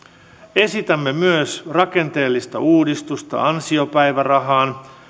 esitämme myös rakenteellista uudistusta ansiopäivärahaan